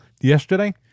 yesterday